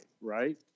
right